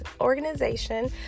organization